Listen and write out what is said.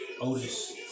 Otis